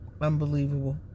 Unbelievable